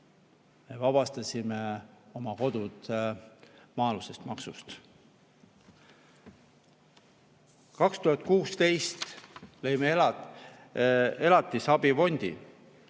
Me vabastasime oma kodud maa-alusest maksust. 2016 lõime elatisabifondi,